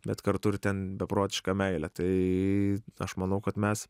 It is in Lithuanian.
bet kartu ir ten beprotiška meilė tai aš manau kad mes